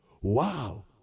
Wow